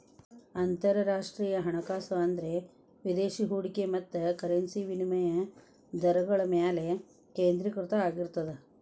ಅಂತರರಾಷ್ಟ್ರೇಯ ಹಣಕಾಸು ಅಂದ್ರ ವಿದೇಶಿ ಹೂಡಿಕೆ ಮತ್ತ ಕರೆನ್ಸಿ ವಿನಿಮಯ ದರಗಳ ಮ್ಯಾಲೆ ಕೇಂದ್ರೇಕೃತ ಆಗಿರ್ತದ